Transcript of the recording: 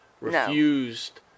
refused